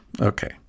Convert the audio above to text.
Okay